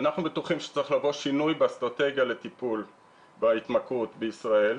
אנחנו בטוחים שצריך לבוא שינוי באסטרטגיה לטיפול בהתמכרות בישראל,